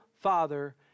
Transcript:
Father